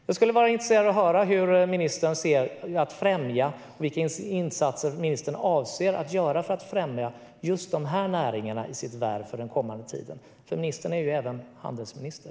Jag är intresserad av att höra vilka insatser ministern avser att göra för att främja just dessa näringar i sitt värv under den kommande tiden. Ministern är ju även handelsminister.